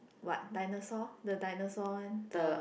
what dinosaur the dinosaur one the